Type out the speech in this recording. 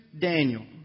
Daniel